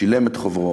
שילם את חובו.